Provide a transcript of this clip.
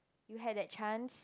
you had that chance